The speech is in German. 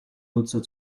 nutzer